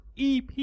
EP